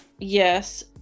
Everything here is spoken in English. Yes